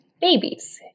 babies